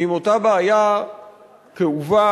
עם אותה בעיה כאובה,